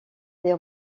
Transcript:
des